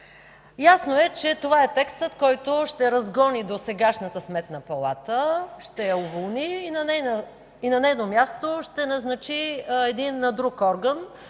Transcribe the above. Ясно е, че това е текстът, който ще разгони досегашната Сметна палата, ще я уволни и на нейно място ще назначи един друг орган,